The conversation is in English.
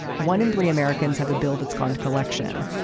one in three americans have a bill that's gone to collection.